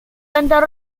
enterró